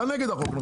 אתה נגד החוק.